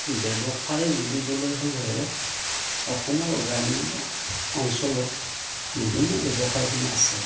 ব্যৱসায় বুলিবলৈ হ'লে অসমৰ গ্ৰাম্য অঞ্চলত বিভিন্ন ব্যৱসায়সমূহ আছে